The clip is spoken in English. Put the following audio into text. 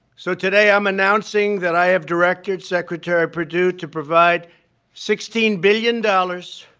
so today, i'm announcing that i have directed secretary perdue to provide sixteen billion dollars